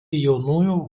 jaunųjų